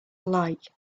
alike